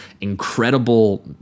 incredible